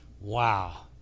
wow